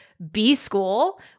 B-School